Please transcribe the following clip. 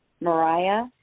Mariah